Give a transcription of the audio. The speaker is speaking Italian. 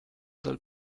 dal